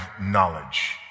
knowledge